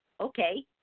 okay